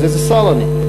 אז איזה שר אני?